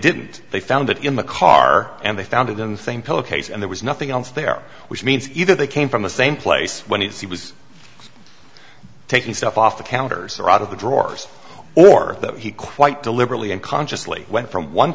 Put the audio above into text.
didn't they found it in the car and they found it in the same pillow case and there was nothing else there which means either they came from the same place when he was taking stuff off the counters or out of the drawers or that he quite deliberately and consciously went from one